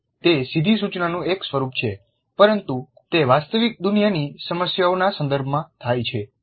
તે સીધી સૂચનાનું એક સ્વરૂપ છે પરંતુ તે વાસ્તવિક દુનિયાની સમસ્યાઓના સંદર્ભમાં થાય છે